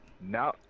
Now